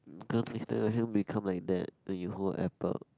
girl next time your hand become like that when you hold a Apple